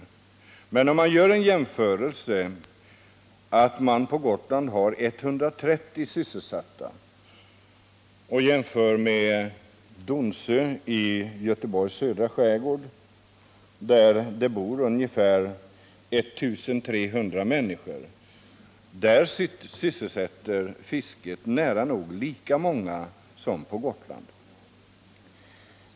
Låt mig t.ex. göra en jämförelse mellan Gotland, som har 130 sysselsatta inom fisket, och Donsö i Göteborgs södra skärgård, som har en befolkning av endast ungefär 1 300 människor men som ändå sysselsätter nära nog lika många inom fisket som man gör på Gotland.